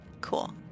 Cool